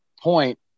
point